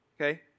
Okay